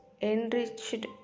enriched